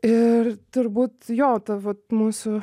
ir turbūt jo ta vat mūsų